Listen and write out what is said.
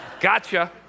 Gotcha